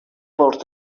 pols